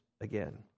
again